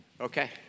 Okay